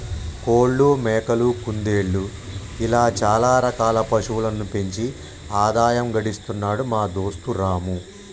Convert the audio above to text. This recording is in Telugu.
కోళ్లు మేకలు కుందేళ్లు ఇలా చాల రకాల పశువులను పెంచి ఆదాయం గడిస్తున్నాడు మా దోస్తు రాము